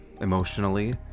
emotionally